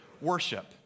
worship